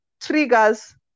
triggers